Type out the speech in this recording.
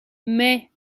mais